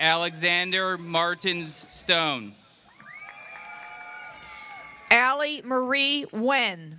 alexander martins stone alley marie when